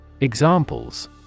Examples